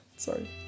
sorry